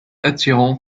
attirant